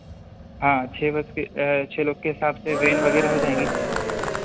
हाँ छः बज कर छः लोग के हिसाब से वेन वगैरह हो जाएँगी